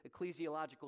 ecclesiological